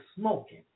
smoking